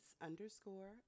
underscore